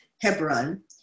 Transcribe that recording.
Hebron